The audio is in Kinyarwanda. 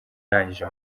arangije